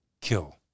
kill